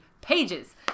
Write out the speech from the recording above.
pages